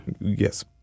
Yes